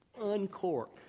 uncork